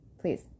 Please